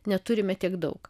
neturime tiek daug